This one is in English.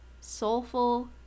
soulful